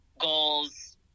goals